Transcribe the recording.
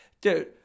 Dude